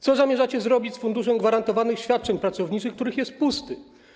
Co zamierzacie zrobić z Funduszem Gwarantowanych Świadczeń Pracowniczych, który jest pusty?